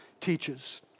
teaches